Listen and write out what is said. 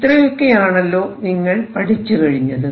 ഇത്രയൊക്കെയാണല്ലോ നിങ്ങൾ പഠിച്ചുകഴിഞ്ഞത്